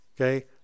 Okay